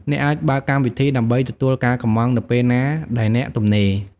អ្នកអាចបើកកម្មវិធីដើម្បីទទួលការកម្ម៉ង់នៅពេលណាដែលអ្នកទំនេរ។